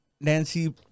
Nancy